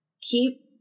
keep